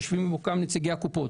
יושבים כאן גם נציגי הקופות.